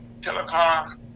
Telecom